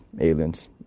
aliens